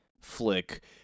flick